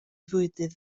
fwydydd